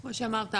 כמו שאמרת,